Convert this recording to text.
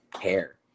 care